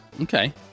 Okay